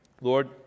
Lord